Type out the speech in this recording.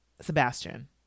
Sebastian